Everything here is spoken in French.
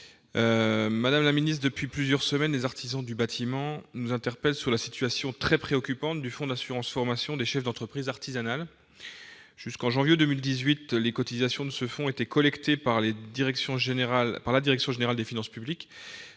d'État, depuis plusieurs semaines, les artisans du bâtiment nous interpellent sur la situation très préoccupante du fonds d'assurance formation des chefs d'entreprise artisanale, le Fafcea. Jusqu'en janvier 2018, les cotisations de ce fonds étaient collectées par la direction générale des finances publiques.